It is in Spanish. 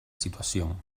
situación